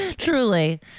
truly